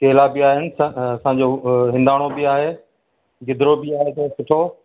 केला बि आहिनि अ असांजो हिंदाणो बि आहे गिदिरो बि आहे सुठो